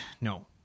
no